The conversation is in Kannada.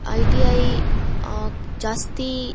ಐ ಟಿ ಐ ಜಾಸ್ತಿ